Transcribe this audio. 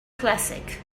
classic